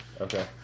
Okay